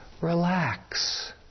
Relax